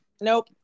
nope